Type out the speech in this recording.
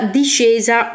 discesa